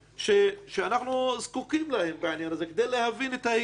שאנחנו זקוקים להם בעניין, כדי להבין את ההיקף